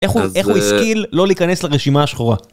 איך הוא השכיל לא להיכנס לרשימה השחורה?